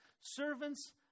servants